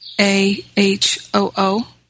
A-H-O-O